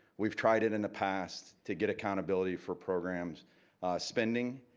we've tried it in the past to get accountability for programs so pending.